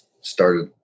started